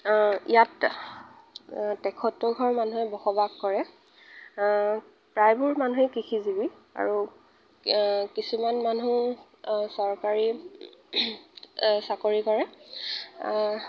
অঁ ইয়াত তেসত্তৰ ঘৰ মানুহে বসবাস কৰে প্ৰায়বোৰ মানুহে কৃষিজীৱি আৰু কিছুমান মানুহ চৰকাৰী চাকৰি কৰে